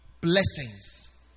blessings